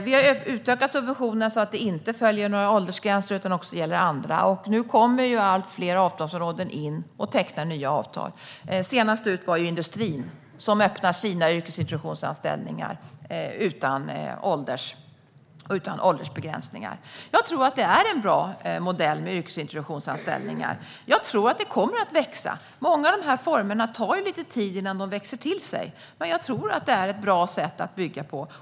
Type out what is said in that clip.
Vi har utökat subventionen så att den inte följer några åldersgränser utan också gäller andra. Nu kommer allt fler avtalsområden in och tecknar nya avtal. Senast ut var industrin, som öppnar sina yrkesintroduktionsanställningar utan åldersbegränsningar. Jag tror att yrkesintroduktionsanställningar är en bra modell. Det kommer nog att växa. Många av dess former tar lite tid på sig att växa till sig, men jag tror att det är ett bra sätt att bygga på.